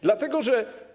Dlatego, że.